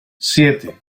siete